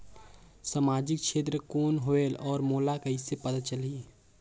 समाजिक क्षेत्र कौन होएल? और मोला कइसे पता चलही?